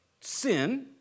sin